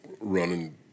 running